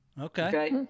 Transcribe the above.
Okay